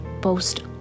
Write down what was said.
boast